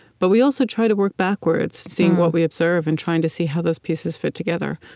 but we also try to work backwards, seeing what we observe and trying to see how those pieces fit together.